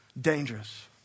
dangerous